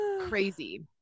crazy